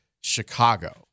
Chicago